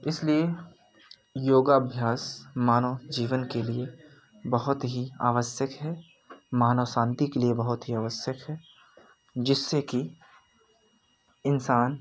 इसलिए योगाभ्यास मानव जीवन के लिए बहोत ही आवश्यक है मानव शांति के लिए बहोत ही आवश्यक है जिससे कि इंसान